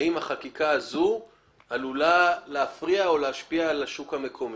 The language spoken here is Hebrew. האם החקיקה הזו עלולה להפריע או להשפיע על השוק המקומי.